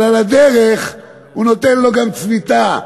אבל על הדרך הוא נותן לו גם צביטה,